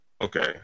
Okay